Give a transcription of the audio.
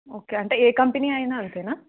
okay అంటే ఏ company అయినా అంతేనా